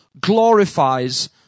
glorifies